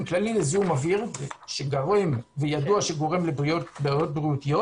כללי לזיהום אוויר שידוע שגורם לבעיות בריאותיות,